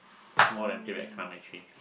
more than pay back time actually